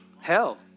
hell